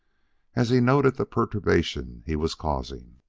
as he noted the perturbation he was causing.